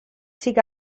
seek